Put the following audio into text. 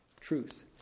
truth